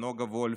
נוגה וולף,